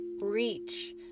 reach